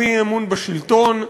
הוא אי-אמון בשלטון,